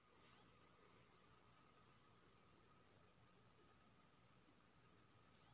रसायनिक खाद के साथ जैविक खाद डालला सॅ खेत मे कोनो खराबी होयत अछि कीट?